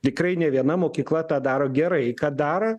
tikrai ne viena mokykla tą daro gerai kad daro